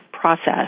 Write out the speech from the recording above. process